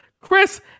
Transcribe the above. Chris